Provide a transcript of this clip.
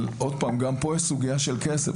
אבל עוד פעם גם פה יש סוגיה של כסף.